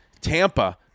Tampa